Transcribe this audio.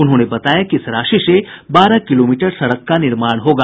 उन्होंने बताया कि इस राशि से बारह किलोमीटर सड़क का निर्माण होगा